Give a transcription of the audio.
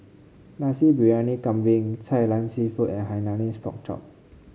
Nasi Briyani Kambing Kai Lan seafood and Hainanese Pork Chop